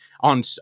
on